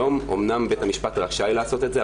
היום אמנם בית המשפט רשאי לעשות את זה,